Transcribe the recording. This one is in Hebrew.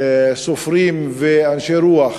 סופרים ואנשי רוח